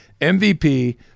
MVP